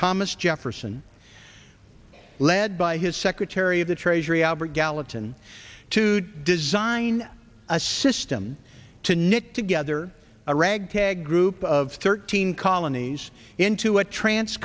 thomas jefferson led by his secretary of the treasury albert gallatin to design a system to knit together a ragtag group of thirteen colonies into a trance